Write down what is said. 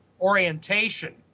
orientation